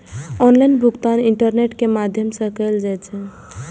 online भुगतान internet के माध्यम सं कैल जाइ छै